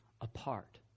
Apart